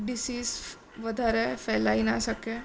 disease વધારે ફેલાઈ ન શકે